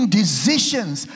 decisions